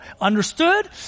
understood